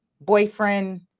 boyfriend